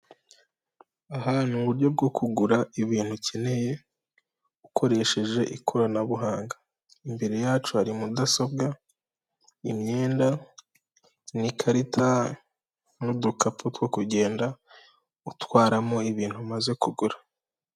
Aha n'uburyo bwo kugura ibintu ukeneye ukoresheje ikoranabuhanga, imbere yacu hari mudasobwa, imyenda n'ikarita n'udukapu two kugenda utwaramo ibintu umaze kugura.